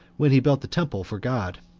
when he built the temple for god.